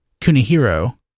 Kunihiro